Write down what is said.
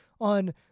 on